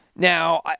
Now